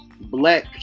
black